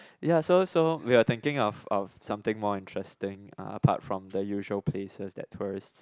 ya so so we are thinking of of something more interesting apart from the usual places that tourists